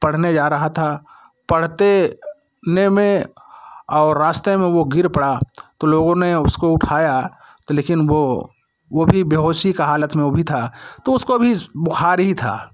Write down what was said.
पढ़ने जा रहा था पढ़ते ने में और रास्ते में वो गिर पड़ा तो लोगों ने उसको उठाया तो लेकिन वो वो भी बेहोशी का हालत में वो भी था तो उसको भी बुखार ही था